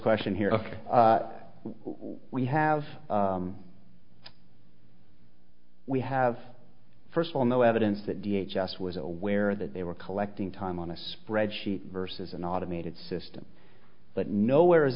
question here ok we have we have first of all no evidence that d h us was aware that they were collecting time on a spreadsheet versus an automated system but nowhere is